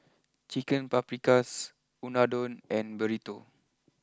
Chicken Paprikas Unadon and Burrito